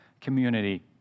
community